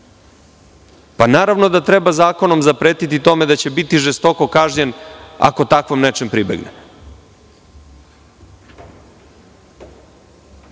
Naravno da treba zakonom zapretiti da će biti žestoko kažnjen ako takvom nečem pribegne. Dakle,